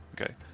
Okay